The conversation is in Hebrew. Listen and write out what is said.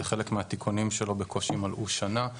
לחלק מהתיקונים שלו בקושי מלאו שנה.